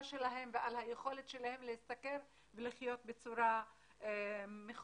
שלהם ועל היכולת שלהם להשתכר ולחיות בצורה מכובדת.